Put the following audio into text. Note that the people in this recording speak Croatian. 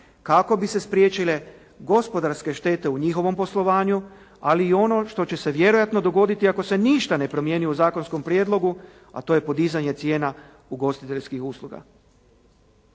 kako bi se spriječile gospodarske štete u njihovom poslovanju, ali i ono što će se vjerojatno dogoditi ako se ništa ne promijeni u zakonskom prijedlogu, a to je podizanje cijena ugostiteljskih usluga.